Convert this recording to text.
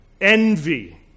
envy